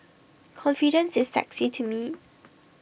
confidence is sexy to me